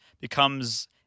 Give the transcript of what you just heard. becomes—